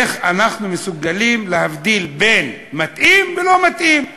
איך אנחנו מסוגלים להבדיל בין מתאים ללא מתאים.